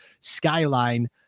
Skyline